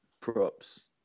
props